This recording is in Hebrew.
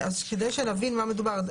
כדי שנבין במה מדובר,